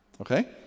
Okay